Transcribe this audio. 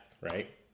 right